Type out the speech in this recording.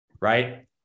right